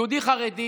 יהודי חרדי